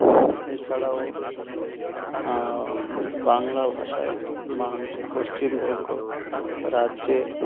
এছাড়াও বাংলা ভাষায় বাং পশ্চিমবঙ্গ রাজ্যে